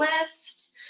list